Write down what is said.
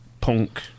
punk